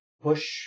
push